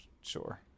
sure